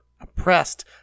oppressed